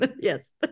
Yes